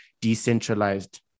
decentralized